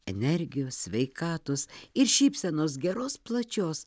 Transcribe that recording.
energijos sveikatos ir šypsenos geros plačios